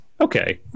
okay